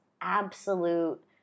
absolute